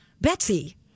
Betsy